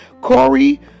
Corey